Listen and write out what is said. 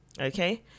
Okay